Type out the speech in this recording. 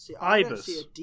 Ibis